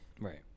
right